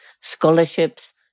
scholarships